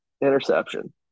interception